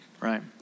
right